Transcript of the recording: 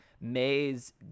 May's